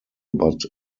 but